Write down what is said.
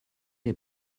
les